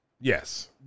Yes